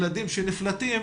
ילדים שנפלטים,